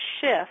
shift